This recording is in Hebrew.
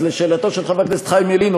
אז לשאלתו של חבר הכנסת חיים ילין,